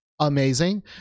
Amazing